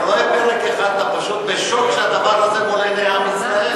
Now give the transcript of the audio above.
אתה רואה פרק אחד ואתה פשוט בשוק שהדבר הזה מול עיני עם ישראל.